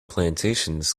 plantations